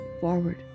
forward